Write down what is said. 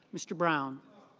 mr. brown